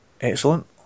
Excellent